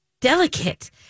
delicate